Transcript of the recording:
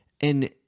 And-